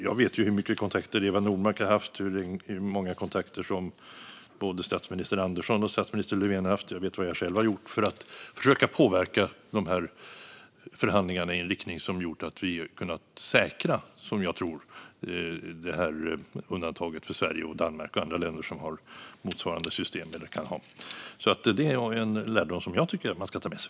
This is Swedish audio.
Jag vet hur många kontakter Eva Nordmark har haft och hur många kontakter som både statsminister Andersson och statsminister Löfven har haft, och jag vet vad jag själv har gjort för att försöka påverka förhandlingarna i en riktning som jag tror har gjort att vi har kunnat säkra undantaget för Sverige, Danmark och andra länder som har eller kan ha motsvarande system. Det är en lärdom som jag tycker att man ska ta med sig.